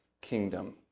kingdom